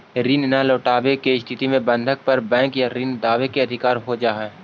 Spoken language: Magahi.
ऋण न लौटवे के स्थिति में बंधक पर बैंक या ऋण दावे के अधिकार हो जा हई